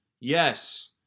Yes